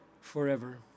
forever